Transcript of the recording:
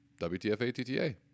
WTFATTA